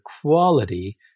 quality